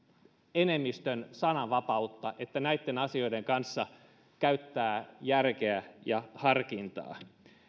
enemmistön sananvapautta että näitten asioiden kanssa käyttää järkeä ja harkintaa